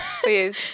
Please